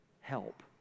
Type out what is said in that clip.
help